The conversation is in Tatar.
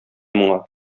моңа